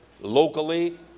locally